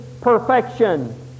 Perfection